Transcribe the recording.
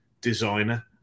designer